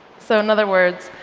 so in other words,